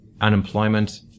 unemployment